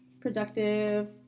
productive